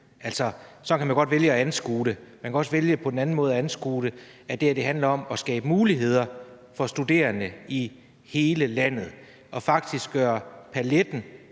sådan kan man godt vælge at anskue det, men man kan også vælge en anden måde at anskue det på, nemlig at det her handler om at skabe muligheder for studerende i hele landet og faktisk gøre paletten